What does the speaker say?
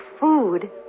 food